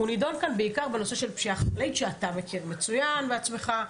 הוא נידון כאן בעיקר בנושא של פשיעה חקלאית שאתה מכיר מצוין בעצמך,